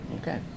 Okay